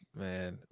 man